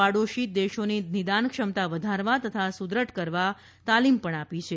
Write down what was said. પાડોશી દેશોની નિદાન ક્ષમતા વધારવા તથા સુદૃઢ કરવા તાલીમ પણ આપી છે